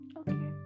okay